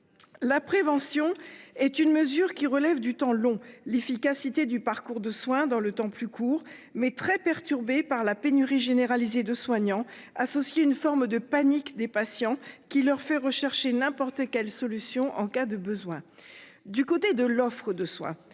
La prévention est une mesure qui relève du temps long. L'efficacité du parcours de soin dans le temps plus court mais très perturbée par la pénurie généralisée de soignants associer une forme de panique des patients qui leur fait rechercher n'importe quelle solution en cas de besoin. Du côté de l'offre de soins.